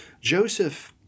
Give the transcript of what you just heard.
Joseph